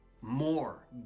more